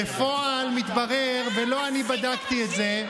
בפועל, מתברר, ולא אני בדקתי את זה,